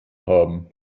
haben